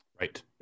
Right